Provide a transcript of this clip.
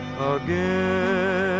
again